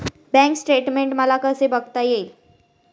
Bank statement मला कसे बघता येईल?